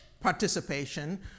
participation